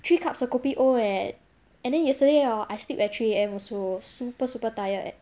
three cups of kopi O eh and then yesterday orh I sleep at three A_M also super super tired